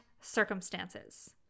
circumstances